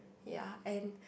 ya and